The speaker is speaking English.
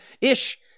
ish